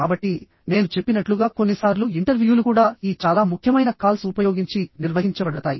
కాబట్టి నేను చెప్పినట్లుగా కొన్నిసార్లు ఇంటర్వ్యూలు కూడా ఈ చాలా ముఖ్యమైన కాల్స్ ఉపయోగించి నిర్వహించబడతాయి